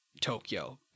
Tokyo